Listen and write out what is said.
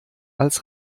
als